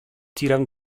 tirem